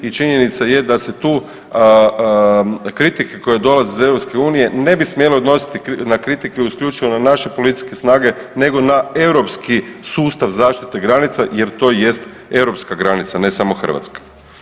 I činjenica je da se tu kritike koje dolaze iz EU ne bi smjele odnositi na kritike isključivo na naše policijske snage nego na europski sustav zaštite granica jer to jest europska granica, ne samo Hrvatska.